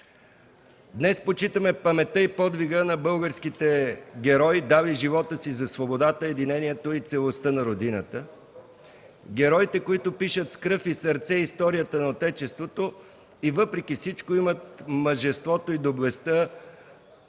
Днес почитаме паметта и подвига на българските герои, дали живота си за свободата, единението и целостта на Родината. Героите, които пишат с кръв и сърце историята на Отечеството и въпреки всичко имат мъжеството и доблестта